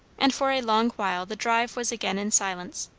and for a long while the drive was again in silence.